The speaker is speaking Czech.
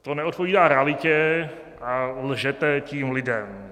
To neodpovídá realitě a lžete tím lidem.